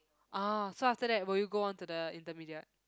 ah so after that will you go on to the intermediate